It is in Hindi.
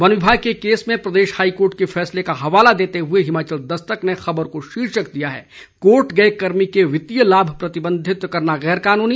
वन विभाग के केस में प्रदेश हाईकोर्ट के फैसले का हवाला देते हुए हिमाचल दस्तक ने खबर को शीर्षक दिया है कोर्ट गए कर्मी के वित्तीय लाभ प्रतिबंधित करना गैर कानूनी